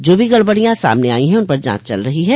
जो भी गड़बड़ियां सामने आयी हैं उन पर जांच चल रही है